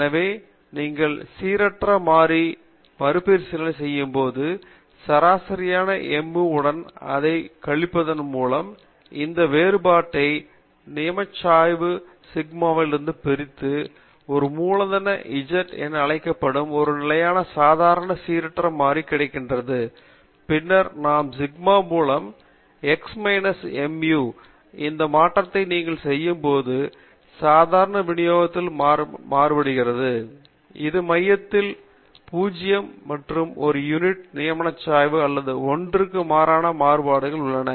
எனவே நீங்கள் சீரற்ற மாறி x ஐ மறுபரிசீலனை செய்யும்போது சராசரியான mu உடன் அதைக் கழிப்பதன் மூலம் இந்த வேறுபாட்டை நியமச்சாய்வு சிக்மாவிலிருந்து பிரித்து ஒரு மூலதன Z என அழைக்கப்படும் ஒரு நிலையான சாதாரண சீரற்ற மாறி கிடைக்கிறது பின்னர் நாம் சிக்மா மூலம் x minus mu இந்த மாற்றத்தை நீங்கள் செய்யும்போது சாதாரண விநியோகமானது மாயமாக மாறும் அது மையத்தில் 0 மற்றும் ஒரு யூனிட் நியமச்சாய்வு அல்லது 1 க்கு மாறான மாறுபாடுகள் உள்ளன